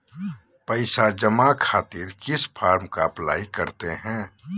पैसा जमा खातिर किस फॉर्म का अप्लाई करते हैं?